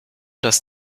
dass